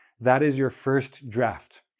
that is your first draft.